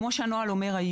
כך גם הנוהל המחודש.